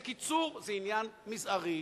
בקיצור, זה עניין מזערי,